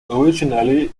originally